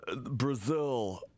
Brazil